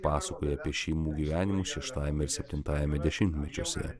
pasakoja apie šeimų gyvenimus šeštajame ir septintajame dešimtmečiuose